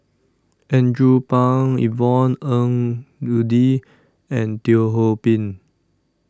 Andrew Phang Yvonne Ng Uhde and Teo Ho Pin